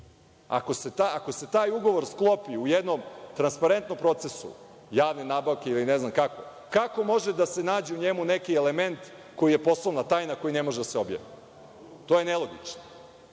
Ako se taj ugovor sklopi u jednom transparentnom procesu, javne nabavke, ili ne znam kako, kako može da se nađe u njemu neki element koji je poslovna tajna koji ne može da se objavi? To je nelogično